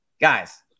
Guys